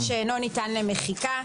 קריא ושאינו ניתן למחיקה,